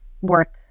work